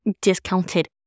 discounted